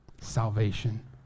Salvation